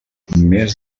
més